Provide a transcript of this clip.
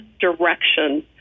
direction